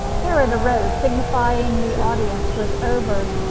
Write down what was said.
herod arose, signifying the audience was over.